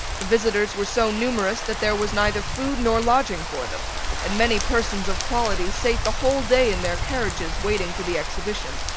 the visitors were so numerous that there was neither food nor lodging for them and many persons of quality sate the whole day in their carriages waiting for the exhibition.